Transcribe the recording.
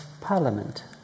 Parliament